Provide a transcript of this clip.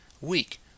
weak